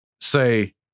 Say